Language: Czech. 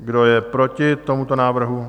Kdo je proti tomuto návrhu?